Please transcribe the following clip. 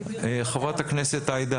חברת הכנסת עאידה,